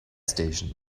station